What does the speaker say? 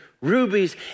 rubies